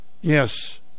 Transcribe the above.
Yes